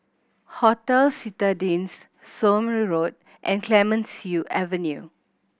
Hotel Citadines Somme Road and Clemenceau Avenue